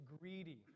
greedy